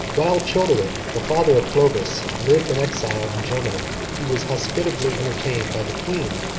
while childeric, the father of clovis, lived an exile in germany, he was hospitably entertained by the queen,